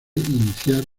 iniciar